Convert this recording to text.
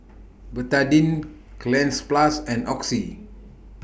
Betadine Cleanz Plus and Oxy